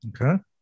Okay